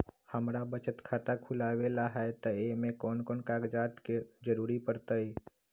हमरा बचत खाता खुलावेला है त ए में कौन कौन कागजात के जरूरी परतई?